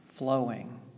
flowing